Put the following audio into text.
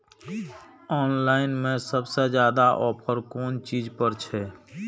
Online में सबसे ज्यादा ऑफर कोन चीज पर छे?